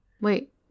Wait